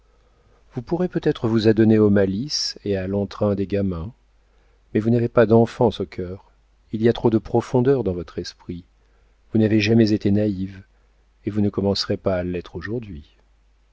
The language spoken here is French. vous pourrez peut-être vous adonner aux malices et à l'entrain des gamins mais vous n'avez pas d'enfance au cœur il y a trop de profondeur dans votre esprit vous n'avez jamais été naïve et vous ne commencerez pas à l'être aujourd'hui